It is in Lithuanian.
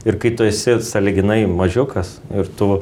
ir kai tu esi sąlyginai mažiukas ir tu